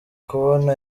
kubona